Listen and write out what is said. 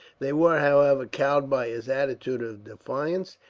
they were, however, cowed by his attitude of defiance,